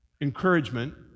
encouragement